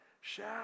shout